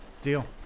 Deal